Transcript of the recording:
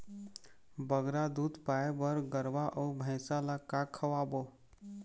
बगरा दूध पाए बर गरवा अऊ भैंसा ला का खवाबो?